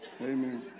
Amen